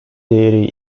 değeri